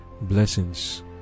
blessings